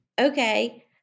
Okay